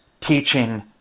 teaching